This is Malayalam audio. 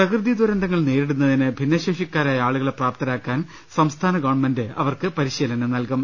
പ്രകൃതി ദുരന്തങ്ങൾ നേരിടുന്നതിന് ഭിന്നശേഷിക്കാരായ ആളുകളെ പ്രാപ്തരാക്കാൻ സംസ്ഥാന ഗവൺമെന്റ് അവർക്ക് പരിശീലനം നൽകും